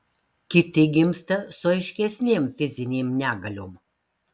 kiti gimsta su aiškesnėm fizinėm negaliom